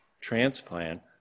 transplant